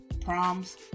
Proms